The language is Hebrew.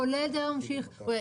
כולל דייר ממשיך.